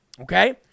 Okay